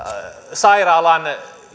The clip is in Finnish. sairaalan